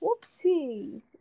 Whoopsie